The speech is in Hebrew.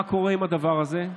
מה קורה עם הדבר הזה,